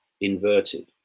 inverted